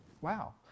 wow